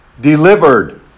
Delivered